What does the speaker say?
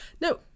No